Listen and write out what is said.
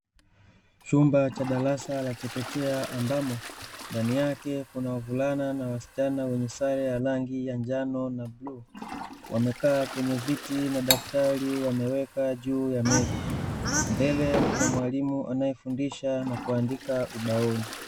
Chumba cha darasa la chekechea ambamo, ndani yake kuna wavulana na wasichana wenye sare ya rangi ya njano na bluu, wamekaa kwenye viti na daftari wameweka juu ya meza, mbele kuna mwalimu anayefundisha na kuandika ubaoni.